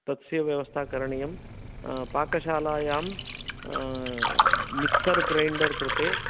तस्य व्यवस्था करणीयं पाकशालायां मिक्सर् ग्रैण्डर् कृते